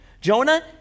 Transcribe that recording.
Jonah